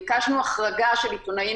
ביקשנו החרגה של עיתונאים,